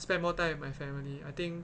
spend more time with my family I think